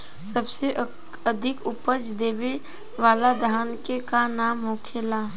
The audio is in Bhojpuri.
सबसे अधिक उपज देवे वाला धान के का नाम होखे ला?